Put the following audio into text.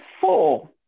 four